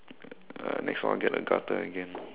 uh next one I get the gutter again